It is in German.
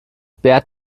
bert